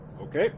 Okay